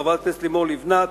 חברת הכנסת לימור לבנת,